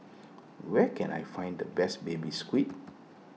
where can I find the best Baby Squid